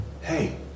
Hey